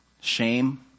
Shame